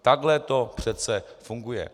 Takhle to přece funguje.